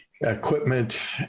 equipment